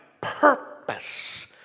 purpose